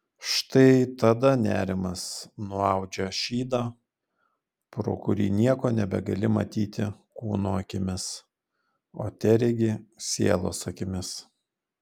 štai tada nerimas nuaudžia šydą pro kurį nieko nebegali matyti kūno akimis o teregi sielos akimis